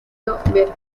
mercante